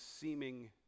seeming